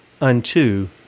unto